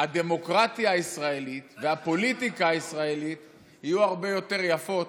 הדמוקרטיה הישראלית והפוליטיקה הישראלית יהיו הרבה יותר יפות,